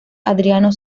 adriano